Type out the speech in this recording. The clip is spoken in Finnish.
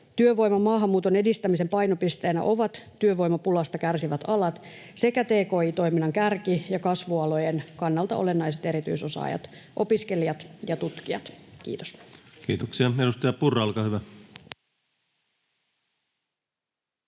Työvoimamaahanmuuton edistämisen painopisteenä ovat työvoimapulasta kärsivät alat sekä tki-toiminnan kärki- ja kasvualojen kannalta olennaiset erityisosaajat, opiskelijat ja tutkijat. — Kiitos! [Speech 4] Speaker: